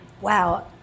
wow